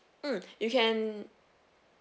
mm you can